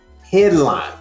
headline